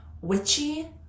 witchy